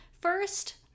First